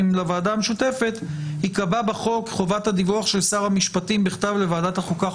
לוועדה המשותפת יקבע בחוק חובת הדיווח של שר המשפטים בכתב לוועדת החוקה,